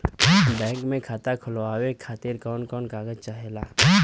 Bank मे खाता खोलवावे खातिर कवन कवन कागज चाहेला?